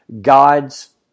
God's